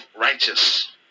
righteous